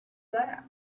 that